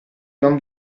don